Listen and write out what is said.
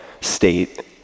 state